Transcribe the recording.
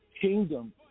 kingdom